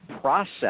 process